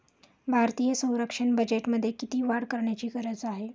भारतीय संरक्षण बजेटमध्ये किती वाढ करण्याची गरज आहे?